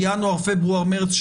בינואר-פברואר-מרץ,